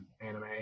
anime